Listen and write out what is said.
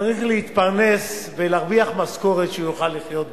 צריך להתפרנס ולהרוויח משכורת שהוא יוכל לחיות בה,